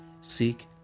Seek